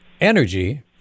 energy